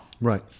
Right